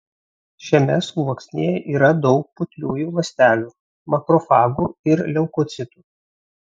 šiame sluoksnyje yra daug putliųjų ląstelių makrofagų ir leukocitų